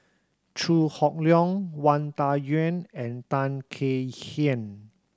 Chew Hock Leong Wang Dayuan and Tan Kek Hiang